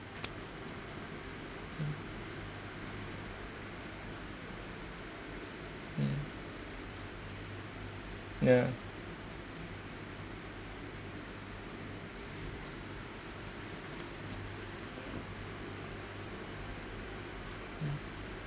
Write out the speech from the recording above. hmm hmm yeah mm